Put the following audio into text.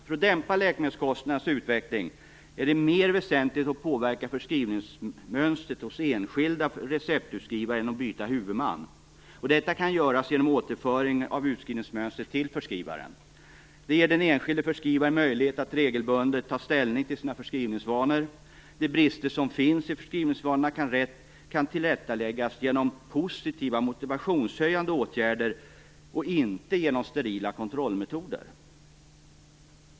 För att dämpa läkemedelskostnadernas utveckling är det mer väsentligt att påverka förskrivningsmönstret hos den enskilde receptutskrivaren än att byta huvudman. Detta kan göras genom återföring av utskrivningsmönstret till förskrivaren. Det ger den enskilde förskrivaren möjlighet att regelbundet ta ställning till sina förskrivningsvanor. De brister som finns i förskrivningsvanor kan tillrättaläggas genom positiva, motivationshöjande åtgärder och inte genom sterila kontrollmetoder.